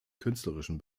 künstlerischen